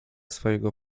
swojego